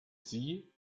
sie